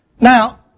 Now